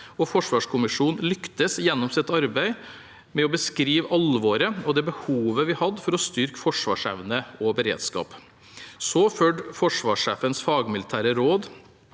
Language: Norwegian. forsvarskommisjonen lyktes gjennom sitt arbeid med å beskrive alvoret og det behovet vi hadde for å styrke forsvarsevne og beredskap. Så fulgte forsvarssjefens fagmilitære råd,